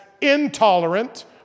intolerant